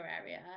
area